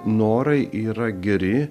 norai yra geri